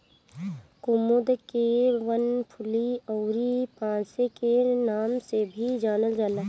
कुमुद के वनफूल अउरी पांसे के नाम से भी जानल जाला